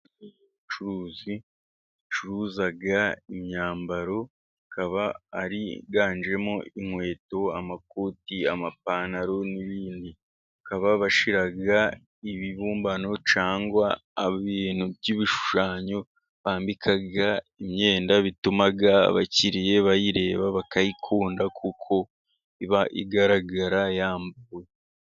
Umucuruzi ucuza imyambaro, hakaba higanjemo inkweto, amaoti, amapantaro n'ibindi, bakaba bashyira ibibumbano cyangwa ibintu by'ibishushanyo bambika imyenda, bitumaga abakiriya bayireba bakayikunda, kuko iba igaragara yambuye.